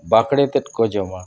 ᱵᱟᱠᱲᱮᱛᱮᱫ ᱠᱚ ᱡᱚᱢᱟ